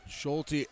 Schulte